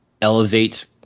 elevate